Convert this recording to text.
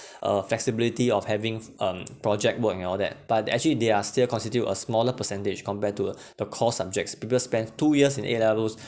uh flexibility of having um project work and all that but actually they are still constitute a smaller percentage compared to uh the core subjects previous spent two years in a-levels